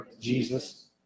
Jesus